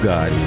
God